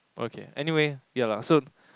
okay anyway ya lah so